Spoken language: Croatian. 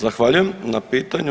Zahvaljujem na pitanju.